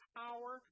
power